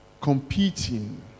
competing